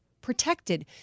protected